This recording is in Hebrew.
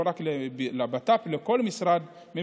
לא רק למשרד לביטחון פנים אלא לכל משרד ממשלתי,